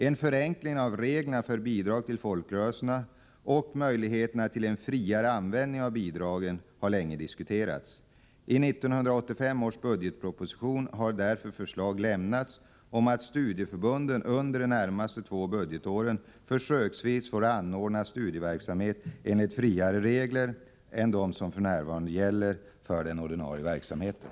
En förenkling av reglerna för bidrag till folkrörelserna och möjligheterna till en friare användning av bidragen har länge diskuterats. I 1985 års budgetproposition har därför förslag lämnats om att studieförbunden under de närmaste två budgetåren försöksvis får anordna studieverksamhet enligt friare regler än de som f.n. gäller för den ordinarie verksamheten.